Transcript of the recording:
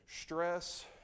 stress